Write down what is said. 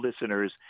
listeners